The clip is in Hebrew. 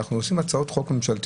אנחנו עושים הצעות חוק ממשלתיות,